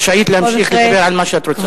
את רשאית להמשיך לדבר על מה שאת רוצה.